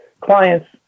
clients –